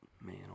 Man